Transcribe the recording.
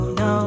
no